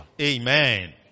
Amen